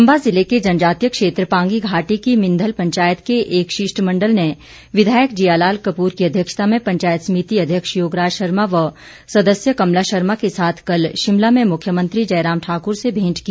चंबा ज़िले के जनजातीय क्षेत्र पांगी घाटी की मिंघल पंचायत के एक शिष्टमंडल ने विधायक जियालाल कपूर की अध्यक्षता में पंचायत समिति अध्यक्ष योगराज शर्मा व सदस्य कमला शर्मा के साथ कल शिमला में मुख्यमंत्री जयराम ठाकुर से भेंट की